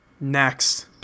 Next